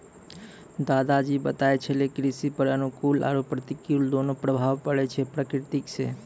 दादा जी बताय छेलै कृषि पर अनुकूल आरो प्रतिकूल दोनों प्रभाव पड़ै छै प्रकृति सॅ